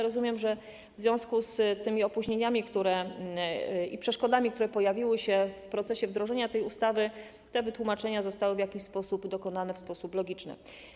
Rozumiem, że w związku z tymi opóźnieniami i przeszkodami, które pojawiły się w procesie wdrożenia tej ustawy, te wytłumaczenia zostały dokonane w sposób logiczny.